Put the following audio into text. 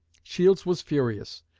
shields was furious,